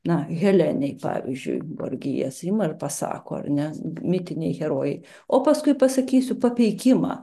na helenei pavyzdžiui borgijas ima ir pasako ar ne mitiniai herojai o paskui pasakysiu papeikimą